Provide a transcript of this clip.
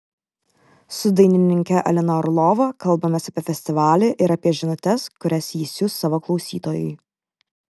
su dainininke alina orlova kalbamės apie festivalį ir apie žinutes kurias ji siųs savo klausytojui